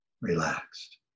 relaxed